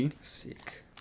Sick